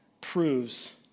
proves